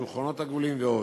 שולחנות עגולים ועוד.